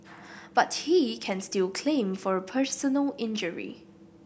but he can still claim for personal injury